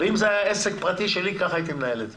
אם זה היה עסק פרטי שלי כך הייתי מנהל את זה,